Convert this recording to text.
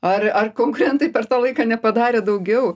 ar ar konkurentai per tą laiką nepadarė daugiau